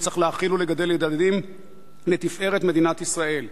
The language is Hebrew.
שצריך להאכיל ולגדל את הילדים לתפארת מדינת ישראל.